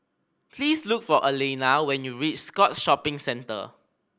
please look for Alayna when you reach Scotts Shopping Centre